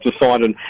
decided